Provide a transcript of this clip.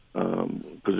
position